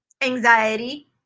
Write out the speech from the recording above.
anxiety